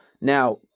Now